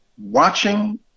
watching